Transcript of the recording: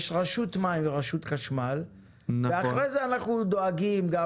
יש רשות מים ורשות חשמל ואחר כך אנחנו דואגים.